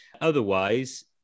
otherwise